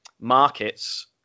markets